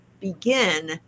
begin